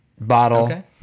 bottle